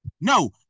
No